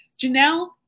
Janelle